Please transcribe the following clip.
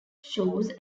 shows